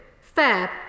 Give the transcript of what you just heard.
fair